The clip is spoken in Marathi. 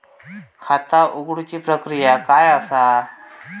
खाता उघडुची प्रक्रिया काय असा?